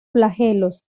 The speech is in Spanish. flagelos